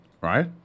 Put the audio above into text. right